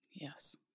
Yes